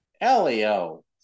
Elio